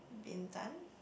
Bintan